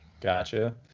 Gotcha